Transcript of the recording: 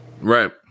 Right